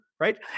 Right